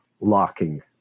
locking